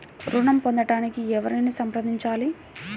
ఋణం పొందటానికి ఎవరిని సంప్రదించాలి?